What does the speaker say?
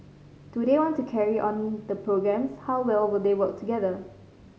do they want to carry on the programmes how well will they work together